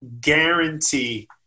guarantee